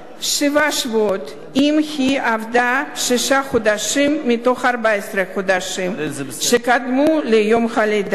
שבעה שבועות אם היא עבדה שישה חודשים מתוך 14 החודשים שקדמו ליום הלידה.